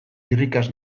irrikaz